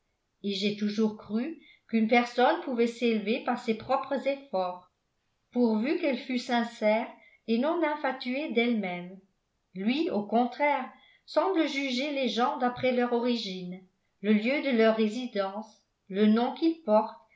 et j'ai toujours cru qu'une personne pouvait s'élever par ses propres efforts pourvu qu'elle fût sincère et non infatuée d'elle-même lui au contraire semble juger les gens d'après leur origine le lieu de leur résidence le nom qu'ils portent